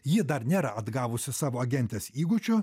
ji dar nėra atgavusi savo agentės įgūdžių